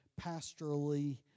pastorally